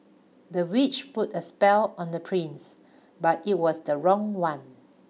the witch put a spell on the prince but it was the wrong one